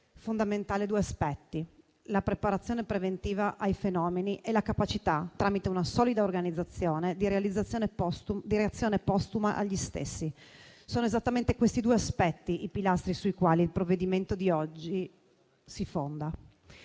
fondamentale due aspetti: la preparazione preventiva ai fenomeni e la capacità, tramite una solida organizzazione, di reazione successiva agli stessi. Sono esattamente questi due aspetti i pilastri sui quali il provvedimento di oggi si fonda.